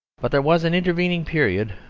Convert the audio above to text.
but there was an intervening period,